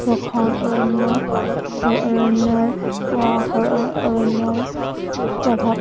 অৰণ্যৰ অৰণ্যৰৰ অৰণ্যৰ প্ৰভাৱ